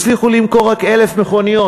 הצליחו למכור רק 1,000 מכוניות.